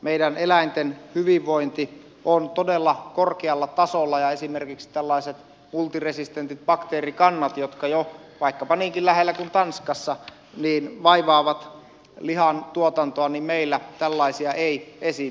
meidän eläintemme hyvinvointi on todella korkealla tasolla ja esimerkiksi tällaisia multiresistenttejä bakteerikantoja jotka jo vaikkapa niinkin lähellä kuin tanskassa vaivaavat lihantuotantoa meillä ei esiinny